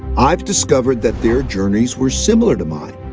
i've discovered that their journeys were similar to mine.